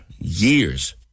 years